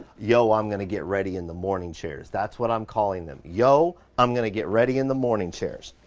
yo, i'm gonna get ready in the morning chairs. that's what i'm calling them, yo, i'm gonna get ready in the morning chairs,